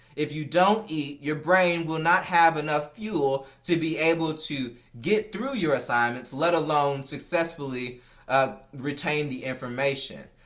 if you don't eat your brain will not have enough fuel to be able to get through your assignments let alone to successfully ah retain the information.